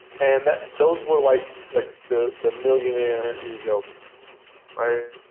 and those were like like the the millionaire ego pieces.